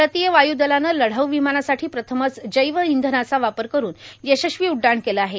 भारतीय वाय् दलानं लढाऊ विमानासाठी प्रथमच जैव इंधनाचा वापर करून यशस्वी उडडाण केलं आहे